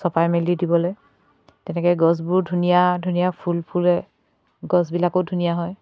চপাই মেলি দিবলৈ তেনেকৈ গছবোৰ ধুনীয়া ধুনীয়া ফুল ফুলে গছবিলাকো ধুনীয়া হয়